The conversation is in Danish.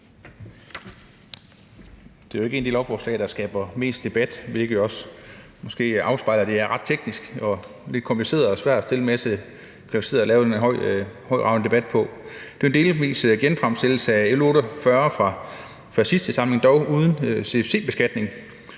Det er jo ikke et af de lovforslag, der skaber mest debat, hvilket jo måske også afspejler, at det er ret teknisk og lidt kompliceret og svært at få en højtravende debat på baggrund af. Det er en delvis genfremsættelse af L 48 fra sidste samling, dog uden CFC-beskatning,